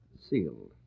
sealed